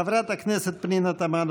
חברת הכנסת פנינה תמנו,